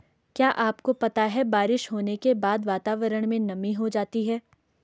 क्या आपको पता है बारिश होने के बाद वातावरण में नमी हो जाती है?